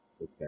Okay